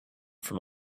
from